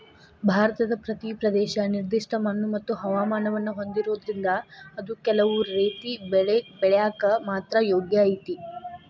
ಭಾರತದ ಪ್ರತಿ ಪ್ರದೇಶ ನಿರ್ದಿಷ್ಟ ಮಣ್ಣುಮತ್ತು ಹವಾಮಾನವನ್ನ ಹೊಂದಿರೋದ್ರಿಂದ ಅದು ಕೆಲವು ರೇತಿ ಬೆಳಿ ಬೆಳ್ಯಾಕ ಮಾತ್ರ ಯೋಗ್ಯ ಐತಿ